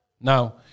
Now